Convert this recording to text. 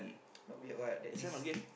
not weird what that this